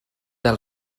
del